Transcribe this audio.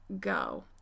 go